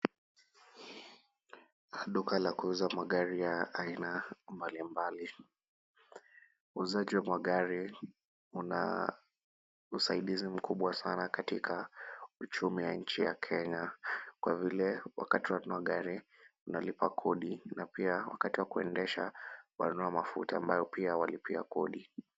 Duka la kuuza magari ya aina mbalimbali. Uzaji wa magari una usaidizi mkubwa katika uchumi wa nchi ya Kenya, kwa vile wakati wa kununua gari unalipa kodi na pia wakati wa kuendesha wanunua mafuta ambayo pia walipia kodi.